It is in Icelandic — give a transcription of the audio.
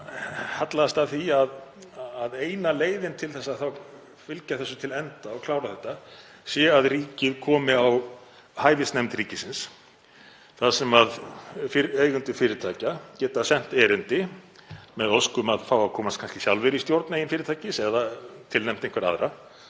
hallast að því að eina leiðin til þess að fylgja þessu til enda og klára þetta sé að ríkið komi á hæfisnefnd ríkisins þar sem eigendur fyrirtækja geta sent erindi með ósk um að fá að komast kannski sjálfir í stjórn eigin fyrirtækis eða tilnefnt einhverja aðra.